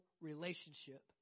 relationship